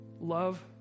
love